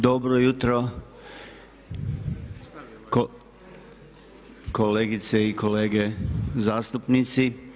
Dobro jutro kolegice i kolege zastupnici!